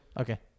Okay